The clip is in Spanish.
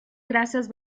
grasas